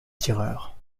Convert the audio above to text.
tireur